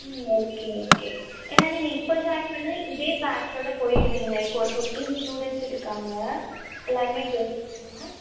ம் okay okay ஏன்னா நீங்க இப்ப ஜாயின் பண்ணா இதே பேச்சோடு போயிடுவிங்க இப்போ ஒரு ஃபிஃப்டீன் ஸ்டூடெண்ட்ஸ் இருக்காங்க எல்லோருமே கேர்ள்ஸ் தான்